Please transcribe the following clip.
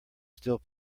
still